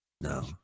No